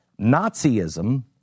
Nazism